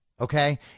okay